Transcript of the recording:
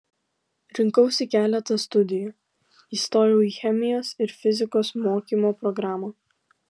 rinkausi keletą studijų įstojau į chemijos ir fizikos mokymo programą